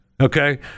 Okay